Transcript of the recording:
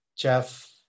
Jeff